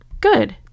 Good